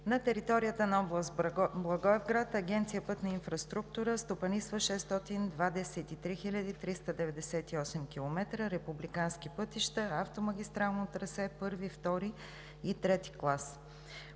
На територията на област Благоевград Агенция „Пътна инфраструктура“ стопанисва 623 398 км републикански пътища, автомагистрално трасе първи, втори